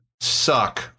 suck